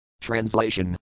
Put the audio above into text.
Translation